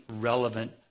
relevant